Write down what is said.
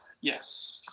yes